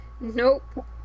Nope